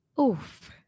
Oof